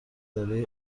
دارای